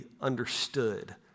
understood